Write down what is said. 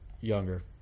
Younger